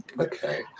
Okay